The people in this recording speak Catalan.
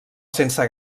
sense